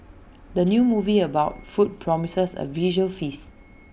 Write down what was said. the new movie about food promises A visual feast